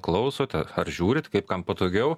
klausote ar žiūrit kaip kam patogiau